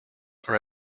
are